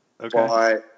Okay